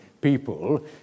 people